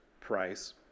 price